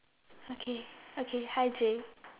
okay okay hi J